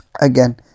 Again